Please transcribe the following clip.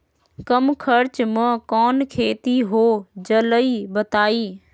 कम खर्च म कौन खेती हो जलई बताई?